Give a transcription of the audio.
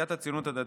סיעת הציונות הדתית,